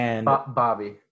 Bobby